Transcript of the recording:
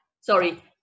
sorry